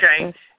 Okay